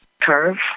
curve